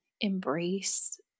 embrace